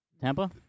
Tampa